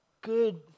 Good